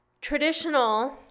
Traditional